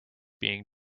being